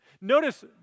Notice